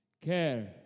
care